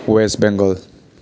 west Bengal